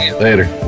Later